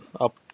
up